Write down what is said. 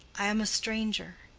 i am a stranger.